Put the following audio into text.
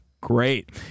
great